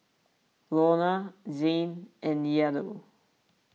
Launa Zayne and Yadiel